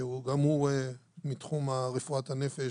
שגם הוא מתחום רפואת הנפש,